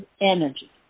energy